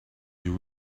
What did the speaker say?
you